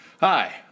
Hi